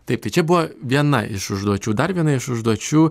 taip tai čia buvo viena iš užduočių dar viena iš užduočių